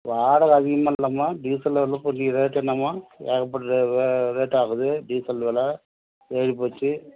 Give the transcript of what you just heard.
வாடகை அதிகமாக இல்லைம்மா டீசல் விலை இன்னைக்கு ரேட் என்னம்மா அம்புட்டு ரே ரே ரேட் ஆகுது டீசல் விலை ஏறிப்போச்சு